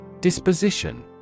Disposition